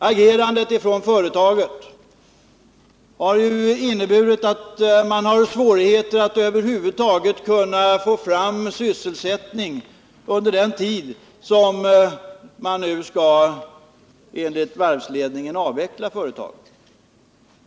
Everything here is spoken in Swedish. Företagets agerande har medfört att man har svårigheter att få fram sysselsättning för den tid man enligt varvsledningen skall avveckla företaget.